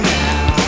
now